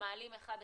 מעלים אחד,